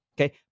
Okay